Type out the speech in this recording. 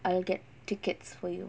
I will get tickets for you